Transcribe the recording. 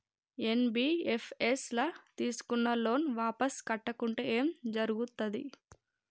NBFS ల తీస్కున్న loan వాపస్ కట్టకుంటే ఏం జర్గుతది?